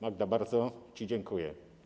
Magda, bardzo ci dziękuję.